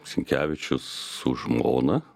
sinkevičius su žmona